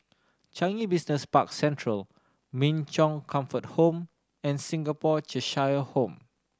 Changi Business Park Central Min Chong Comfort Home and Singapore Cheshire Home